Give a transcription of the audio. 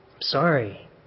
Sorry